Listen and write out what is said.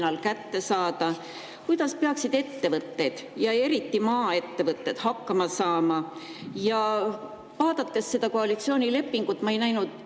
kätte saada. Kuidas peaksid ettevõtted, eriti maaettevõtted hakkama saama? Vaadates seda koalitsioonilepingut, ma ei näinud